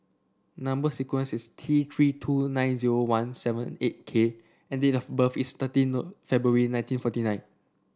number sequence is T Three two nine zero one seven eight K and date of birth is thirteen No February nineteen forty nine